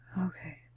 Okay